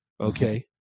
okay